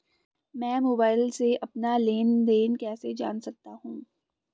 मैं मोबाइल से अपना लेन लेन देन कैसे जान सकता हूँ?